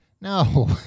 No